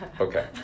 Okay